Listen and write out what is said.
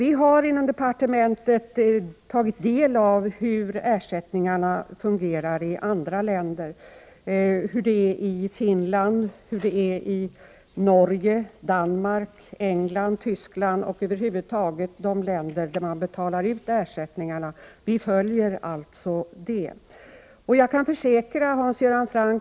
Inom socialdepartementet har vi tagit del av på vilka grunder ersättning utbetalas i andra länder, bl.a. i Finland, Norge, Danmark, England, Tyskland och över huvud taget i de länder där man betalar ut ersättningar. Vi Prot. 1988/89:22 följer alltså utvecklingen i dessa länder.